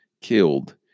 killed